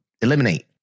eliminate